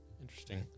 Interesting